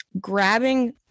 grabbing